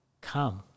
Come